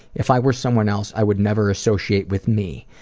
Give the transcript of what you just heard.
if i were someone else i would never associate with me.